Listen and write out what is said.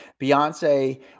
Beyonce